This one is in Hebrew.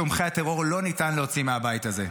את תומכי הטרור לא ניתן להוציא מהבית הזה,